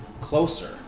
closer